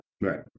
Right